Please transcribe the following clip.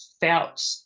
felt